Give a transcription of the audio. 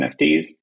NFTs